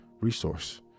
resource